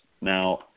Now